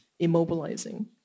immobilizing